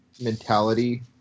Mentality